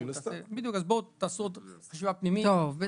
תעשו עוד חשיבה פנימית.